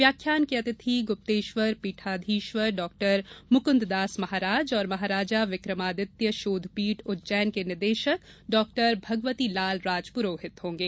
व्याख्यान के अतिथि गुप्तेश्वर पीठाधीश्वर डॉ मुकुन्ददास महाराज और महाराजा विक्रमादित्य शोधपीठ उज्जैन के निदेशक डॉ भगवतीलाल राजपुरोहित होंगे